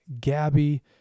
Gabby